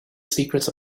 secrets